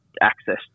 access